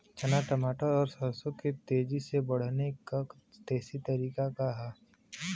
चना मटर और सरसों के तेजी से बढ़ने क देशी तरीका का ह?